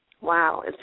Wow